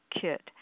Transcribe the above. kit